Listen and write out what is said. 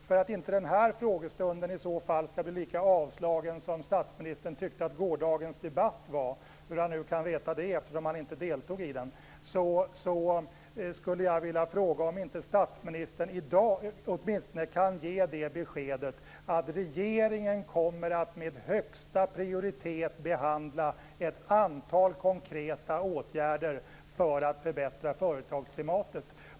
För att inte denna frågestund skall bli lika avslagen som statsministern tyckte att gårdagens debatt var - hur han nu kan veta det; han deltog ju inte i den - skulle jag vilja fråga om inte statsministern i dag åtminstone kan ge beskedet att regeringen med högsta prioritet kommer att behandla ett antal konkreta åtgärder för att förbättra företagsklimatet.